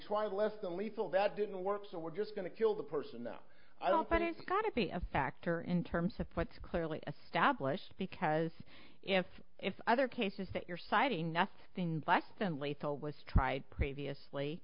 tried less than lethal that didn't work so we're just going to kill the person that i don't but it's got to be a factor in terms of what's clearly a stablished because if if other cases that you're citing nothing but than lethal was tried previously